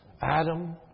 Adam